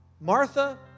Martha